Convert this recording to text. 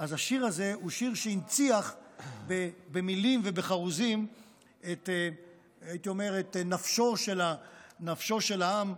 הייתי אומר שהשיר הזה הוא שיר שהנציח במילים ובחרוזים את נפשו של העם,